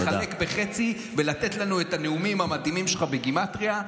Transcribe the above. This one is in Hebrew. לחלק בחצי ולתת לנו את הנאומים המדהימים שלך בגימטרייה.